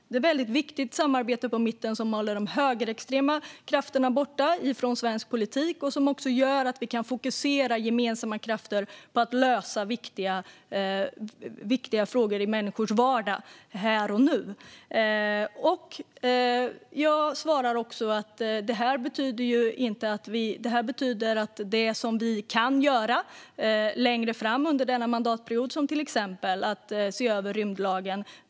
Det är ett väldigt viktigt samarbete i mitten som håller de högerextrema krafterna borta från svensk politik och gör att vi kan fokusera gemensamma krafter på att lösa frågor som är viktiga i människors vardag här och nu. Jag svarar också att det här betyder att jag kommer att återkomma till riksdagen angående det som vi kan göra längre fram under denna mandatperiod, till exempel att se över rymdlagen.